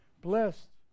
Blessed